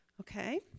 Okay